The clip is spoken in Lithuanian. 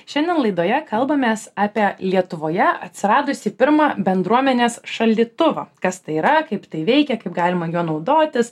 šiandien laidoje kalbamės apie lietuvoje atsiradusį pirmą bendruomenės šaldytuvą kas tai yra kaip tai veikia kaip galima juo naudotis